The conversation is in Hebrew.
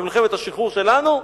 במלחמת השחרור שלנו,